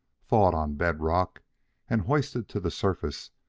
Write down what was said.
thawed on bed-rock and hoisted to the surface,